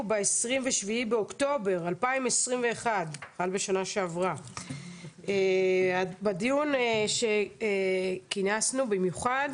ב-27 באוקטובר 2021. בדיון שכינסנו במיוחד